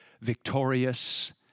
victorious